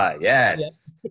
yes